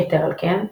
יתר על כן,